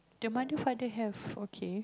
the mother father have okay